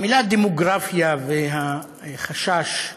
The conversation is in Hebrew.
המילה "דמוגרפיה" והחשש